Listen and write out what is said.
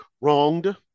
wronged